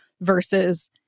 versus